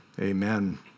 Amen